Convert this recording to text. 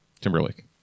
timberlake